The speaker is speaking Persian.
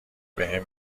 بهم